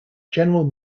general